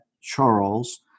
Charles